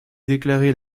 déclarer